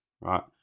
right